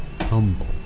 Humble